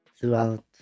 throughout